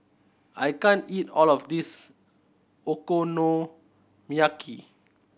I can't eat all of this Okonomiyaki